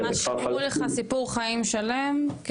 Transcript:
ממש סיפרו לך סיפור חיים שלם.